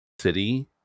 city